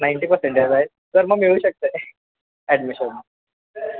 ninety percentage आहे तर मग मिळू शकतं ॲडमिशन